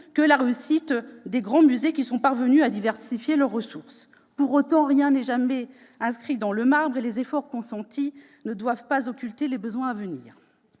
la réussite des grands musées, qui sont parvenus à diversifier leurs ressources. Pour autant, rien n'est jamais inscrit dans le marbre, et les efforts consentis ne doivent pas occulter les besoins à venir.